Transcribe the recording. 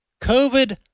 COVID